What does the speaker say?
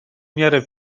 меры